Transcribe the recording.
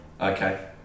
Okay